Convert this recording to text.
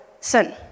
Sin